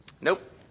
Nope